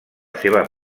seva